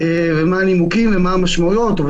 מה הנימוקים ומה המשמעויות,